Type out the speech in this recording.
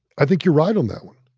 i think you're right on that one.